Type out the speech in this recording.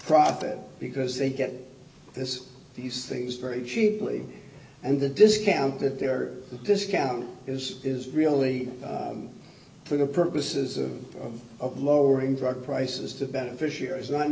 profit because they get this these things very cheaply and the discount that they're discount is is really for the purposes of lowering drug prices to beneficiaries not